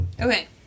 Okay